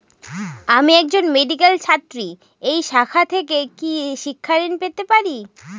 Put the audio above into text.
আমি একজন মেডিক্যাল ছাত্রী এই শাখা থেকে কি শিক্ষাঋণ পেতে পারি?